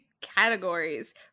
categories